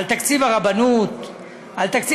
בתקציב הרבנות,